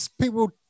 people